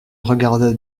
regarda